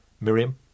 Miriam